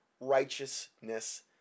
righteousness